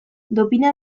dopina